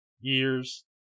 years